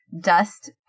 dust